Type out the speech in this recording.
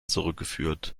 zurückgeführt